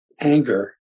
anger